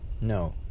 no